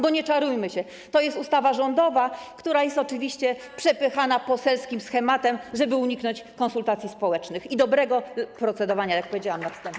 Bo nie czarujmy się, to jest ustawa rządowa, która jest oczywiście przepychana poselskim schematem, żeby uniknąć konsultacji społecznych i dobrego procedowania, jak powiedziałam na wstępie.